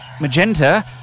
Magenta